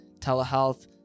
telehealth